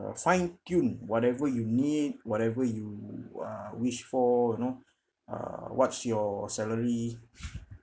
err fine tune whatever you need whatever you uh wish for you know uh what's your salary